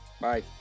bye